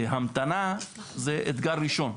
המתנה זה אתגר ראשון.